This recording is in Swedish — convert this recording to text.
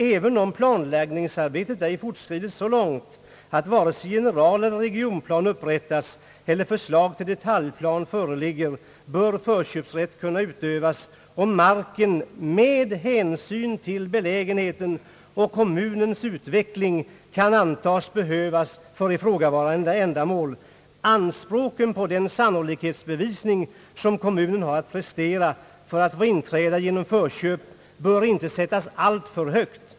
Även om planläggningsarbetet ej fortskridit så långt att vare sig generaleller regionplan upprättats eller förslag till detaljplan föreligger, bör förköpsrätt kunna utövas om marken med hänsyn till belägenheten och kommunens utveckling kan antas behövas för ifrågavarande ändamål. Anspråken på den sannolikhetsbevisning som kommunen har att prestera för att få inträda genom förköp bör inte få sättas alltför högt.